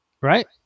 Right